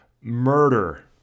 murder